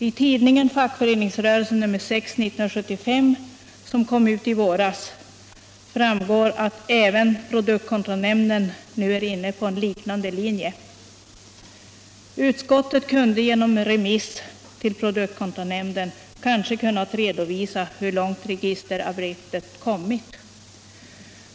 I tidningen Fackföreningsrörelsen nr 6 år 1975, som kom ut i våras, framgår att även produktkontrollnämnden nu är inne på en liknande linje. Utskottet hade genom remiss till produktkontrollnämnden kanske kunnat redovisa hur långt registerarbetet kommit.